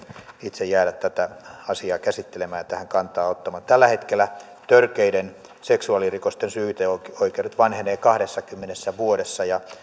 itse jäädä tätä asiaa käsittelemään ja tähän kantaa ottamaan tällä hetkellä törkeiden seksuaalirikosten syyteoikeudet vanhenevat kahdessakymmenessä vuodessa ja